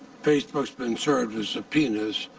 facebook has been served subpoenas